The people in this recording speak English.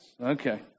Okay